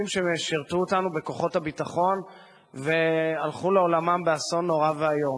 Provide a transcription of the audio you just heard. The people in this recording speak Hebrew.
ששירתו אותנו בכוחות הביטחון והלכו לעולמם באסון נורא ואיום.